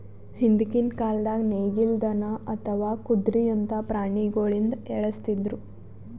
ಹಿಂದ್ಕಿನ್ ಕಾಲ್ದಾಗ ನೇಗಿಲ್, ದನಾ ಅಥವಾ ಕುದ್ರಿಯಂತಾ ಪ್ರಾಣಿಗೊಳಿಂದ ಎಳಸ್ತಿದ್ರು